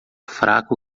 fraco